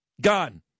gone